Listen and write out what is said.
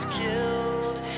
killed